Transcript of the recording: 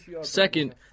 Second